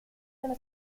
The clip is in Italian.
sono